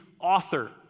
author